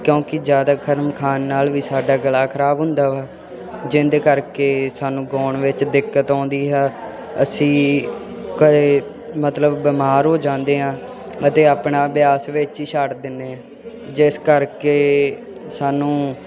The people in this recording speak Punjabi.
ਕਿਉਂਕਿ ਜ਼ਿਆਦਾ ਗਰਮ ਖਾਣ ਨਾਲ ਵੀ ਸਾਡਾ ਗਲਾ ਖ਼ਰਾਬ ਹੁੰਦਾ ਵਾ ਜਿਹਦੇ ਕਰਕੇ ਸਾਨੂੰ ਗਾਉਣ ਵਿੱਚ ਦਿੱਕਤ ਆਉਂਦੀ ਹੈ ਅਸੀਂ ਘਰ ਮਤਲਬ ਬਿਮਾਰ ਹੋ ਜਾਂਦੇ ਹਾਂ ਅਤੇ ਆਪਣਾ ਅਭਿਆਸ ਵਿੱਚ ਹੀ ਛੱਡ ਦਿੰਦੇ ਹਾਂ ਜਿਸ ਕਰਕੇ ਸਾਨੂੰ